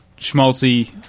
schmaltzy